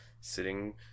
sitting